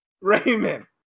Raymond